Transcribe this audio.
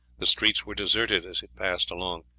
the streets were deserted as it passed along.